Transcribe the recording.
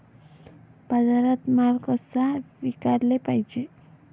बाजारात माल कसा विकाले पायजे?